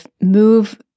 move